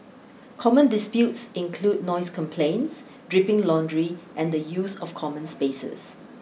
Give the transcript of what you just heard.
common disputes include noise complaints dripping laundry and the use of common spaces